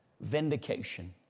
Vindication